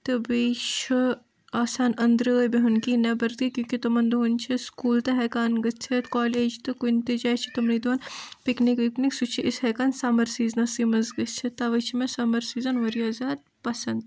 تہٕ بیٚیہِ چھُ آسان اندٲرے بِہُن کیٚنہہ نیٚبر تہٕ کیوٗنکہِ تِمن دۄہن چھُ سکوٗل تہِ ہیٚکان گٔژھتھ کولیج تہِ کُنہِ تہِ جایہِ چھِ تمنٕے دۄہن پِکنِک وکِنِک سُہ چھِ أسۍ ہیٚکان سمر سیٖزنسٕے منٛز گٔژھتھ توے چھُ مےٚ سمر سیٖزن وارِیاہ زیادٕ پسنٛد